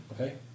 Okay